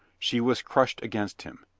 she was crushed against him,